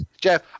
Jeff